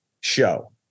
show